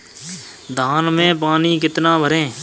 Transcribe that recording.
धान में पानी कितना भरें?